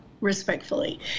respectfully